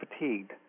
fatigued